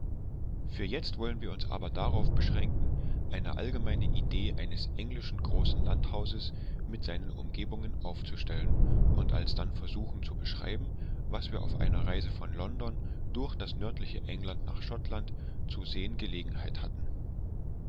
für jetzt wollen wir uns aber darauf beschränken eine allgemeine idee eines englischen großen landhauses mit seinen umgebungen aufzustellen und alsdann versuchen zu beschreiben was wir auf einer reise von london durch das nördliche england nach schottland zu sehen gelegenheit hatten